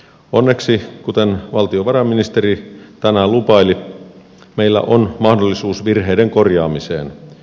onneksi kuten valtiovarainministeri tänään lupaili meillä on mahdollisuus virheiden korjaamiseen